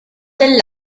del